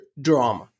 drama